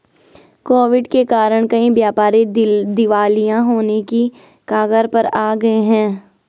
Covid के कारण कई व्यापारी दिवालिया होने की कगार पर आ गए हैं